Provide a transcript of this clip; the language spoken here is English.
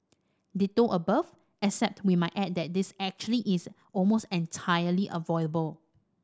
ditto above except we might add that this actually is almost entirely avoidable